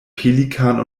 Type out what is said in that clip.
pelikan